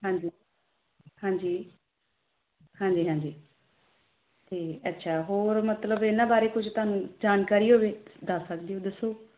ਹਾਂਜੀ ਹਾਂਜੀ ਹਾਂਜੀ ਹਾਂਜੀ ਅਤੇ ਅੱਛਾ ਹੋਰ ਮਤਲਬ ਇਹਨਾਂ ਬਾਰੇ ਕੁਝ ਤੁਹਾਨੂੰ ਜਾਣਕਾਰੀ ਹੋਵੇ ਦੱਸ ਸਕਦੇ ਹੋ ਦੱਸੋ